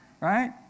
Right